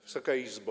Wysoka Izbo!